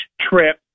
trip